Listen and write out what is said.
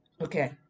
Okay